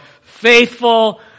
faithful